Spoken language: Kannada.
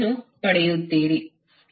ಅನ್ನು ಪಡೆಯುತ್ತೀರಿ